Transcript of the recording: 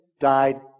died